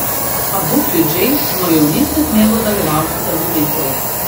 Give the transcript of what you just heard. abu kiudžiai nuo jaunystės mėgo dalyvauti saviveikloje